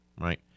Right